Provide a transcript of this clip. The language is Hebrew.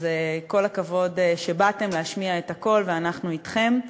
אז כל הכבוד שבאתם להשמיע את הקול, ואנחנו אתכם.